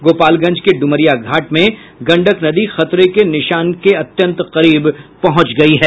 गोपालगंज के ड्रमरिया घाट में गंडक नदी खतरे के निशान अत्यंत करीब पहुंच गयी है